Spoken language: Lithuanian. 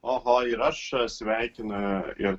oho ir aš sveikinu ir